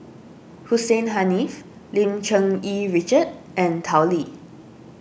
Hussein Haniff Lim Cherng Yih Richard and Tao Li